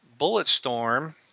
Bulletstorm